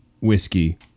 whiskey